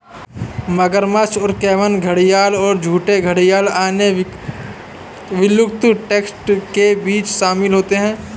मगरमच्छ और कैमन घड़ियाल और झूठे घड़ियाल अन्य विलुप्त टैक्सा के बीच शामिल होते हैं